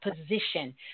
position